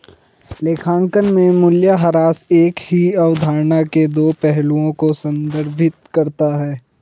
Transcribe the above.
लेखांकन में मूल्यह्रास एक ही अवधारणा के दो पहलुओं को संदर्भित करता है